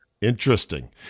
Interesting